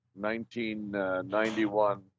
1991